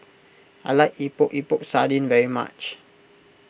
I like Epok Epok Sardin very much